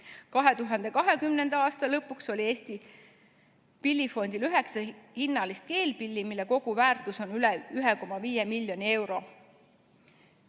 2020. aasta lõpuks oli Eesti Pillifondil üheksa hinnalist keelpilli, mille koguväärtus on üle 1,5 miljoni euro.